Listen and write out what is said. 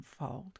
unfold